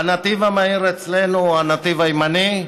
והנתיב המהיר אצלנו הוא הנתיב הימני.